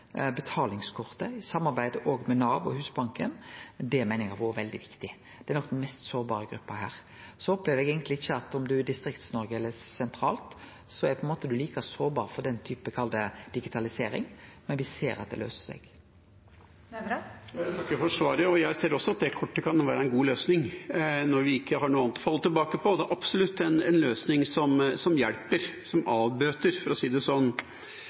betalingskortet, har vore veldig viktig. Det gjeld nok den mest sårbare gruppa her. Så opplever eg eigentleg at om ein er i Distrikts-Noreg eller sentralt, er ein på ein måte like sårbar for den typen digitalisering, men me ser at det løyser seg. Jeg takker for svaret. Jeg ser også at det kortet kan være en god løsning når vi ikke har noe annet å falle tilbake på, og det er absolutt en løsning som hjelper, som avbøter, for å si det sånn.